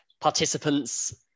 participants